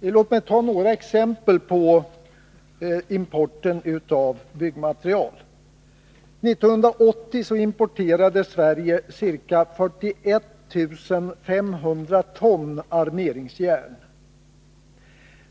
Låt mig ta några exempel på importen av byggnadsmaterial. 1980 importerade Sverige ca 41 500 ton armeringsjärn.